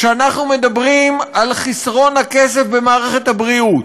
כשאנחנו מדברים על חסרון כסף במערכת הבריאות,